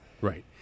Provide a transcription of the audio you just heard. Right